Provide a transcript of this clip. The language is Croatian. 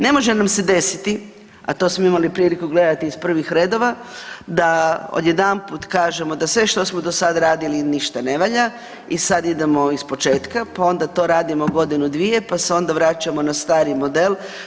Ne može nam se desiti, a to smo imali priliku gledati iz prvih redova da odjedanput kažemo da sve što smo do sad radili ništa ne valja i sad idemo ispočetka, pa onda to radimo godinu, dvije, pa se onda vraćamo na stari model.